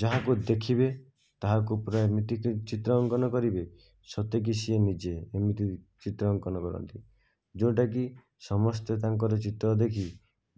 ଯାହାକୁ ଦେଖିବେ ତାହାକୁ ପୁରା ଏମିତିକି ଚିତ୍ର ଅଙ୍କନ କରିବେ ସତେକି ସିଏ ନିଜେ ଏମିତି ଚିତ୍ର ଅଙ୍କନ କରନ୍ତି ଯେଉଁଟାକି ସମସ୍ତେ ତାଙ୍କର ଚିତ୍ର ଦେଖି